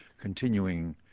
continuing